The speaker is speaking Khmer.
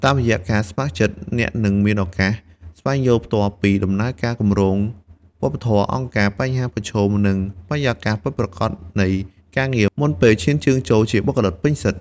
តាមរយៈការស្ម័គ្រចិត្ត អ្នកនឹងមានឱកាស ស្វែងយល់ផ្ទាល់ពីដំណើរការគម្រោង វប្បធម៌អង្គការ បញ្ហាប្រឈម និងបរិយាកាសពិតប្រាកដនៃការងារ មុនពេលឈានជើងចូលជាបុគ្គលិកពេញសិទ្ធិ។